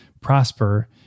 prosper